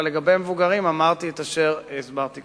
אבל לגבי מבוגרים אמרתי את אשר הסברתי קודם.